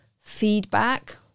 feedback